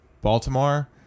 Baltimore